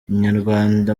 inyarwanda